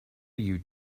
you